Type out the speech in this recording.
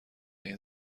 این